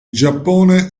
giappone